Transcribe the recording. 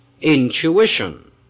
intuition